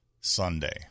Sunday